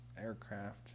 aircraft